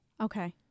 Okay